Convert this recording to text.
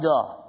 God